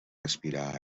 respirar